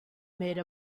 made